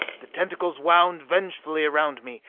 the tentacles wound vengefully around me,